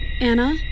Anna